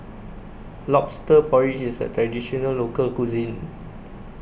Lobster Porridge IS A Traditional Local Cuisine